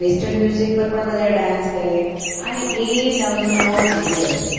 western music પર પણ બધા ડાન્સ કરે અને એ નવે નવ દિવસ